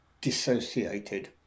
dissociated